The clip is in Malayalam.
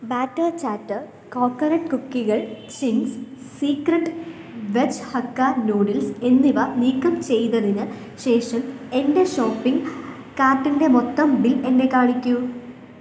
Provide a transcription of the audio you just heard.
ബാറ്റർ ചാറ്റർ കോക്കനട്ട് കുക്കികൾ Ching's secret veg hakka noodles എന്നിവ നീക്കം ചെയ്തതിന് ശേഷം എന്റെ ഷോപ്പിംഗ് കാർട്ടിന്റെ മൊത്തം ബിൽ എന്നെ കാണിക്കൂ